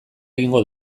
egingo